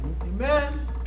Amen